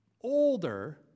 older